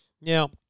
Now